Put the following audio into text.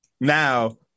Now